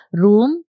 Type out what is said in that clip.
room